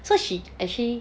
so she actually